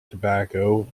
tobacco